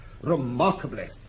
Remarkably